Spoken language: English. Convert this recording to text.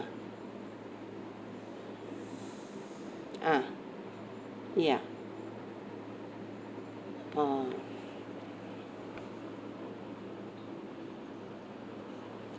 ah ya ah